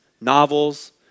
novels